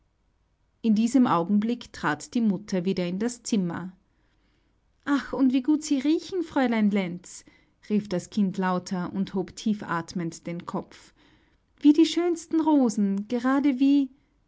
in diesem augenblick trat die mutter wieder in das zimmer ach und wie gut sie riechen fräulein lenz rief das kind lauter und hob tiefatmend den kopf wie die schönsten rosen gerade wie